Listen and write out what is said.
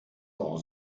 auch